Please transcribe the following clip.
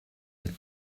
that